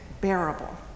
bearable